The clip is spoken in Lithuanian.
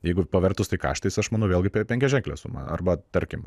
jeigu pavertus tai kartais aš manau vėlgi penkiaženklė sumą arba tarkim